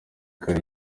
kare